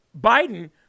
Biden